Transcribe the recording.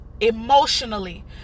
emotionally